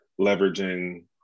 leveraging